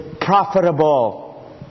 profitable